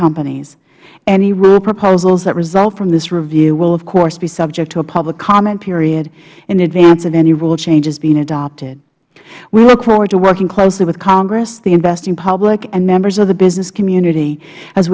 companies any rule proposals that result from this review will of course be subject to a public comment period in advance of any rule changes being adopted we look forward to working closely with congress the investing public and members of the business community as